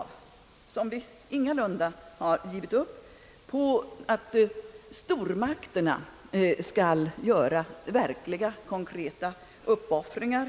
Vi har dock ingalunda givit upp i fråga om att stormakterna skall göra verkliga, konkreta uppoffringar.